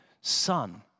son